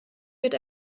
wird